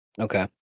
Okay